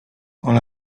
ona